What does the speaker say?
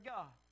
God